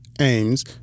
aims